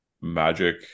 magic